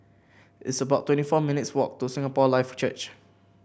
it's about twenty four minutes' walk to Singapore Life Church